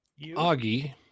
augie